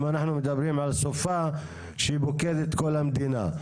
אם אנחנו מדברים על סופה שהיא פוקדת את כל המדינה.